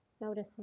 Noticing